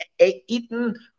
eaten